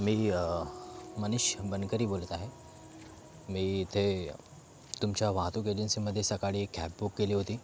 मी मनीष बनकरी बोलत आहे मी इथे तुमच्या वाहतूक एजन्सीमध्ये सकाळी कॅब बुक केली होती